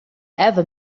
ever